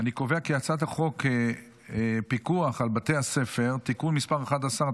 אני קובע כי הצעת חוק פיקוח על בתי ספר (תיקון מס' 11),